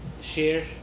share